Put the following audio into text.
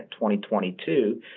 2022